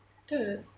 dude